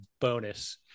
bonus